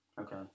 Okay